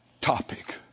topic